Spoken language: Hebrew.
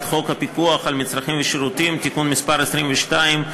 חוק הפיקוח על מצרכים ושירותים (תיקון מס' 22),